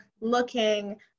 looking